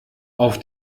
auf